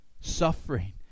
suffering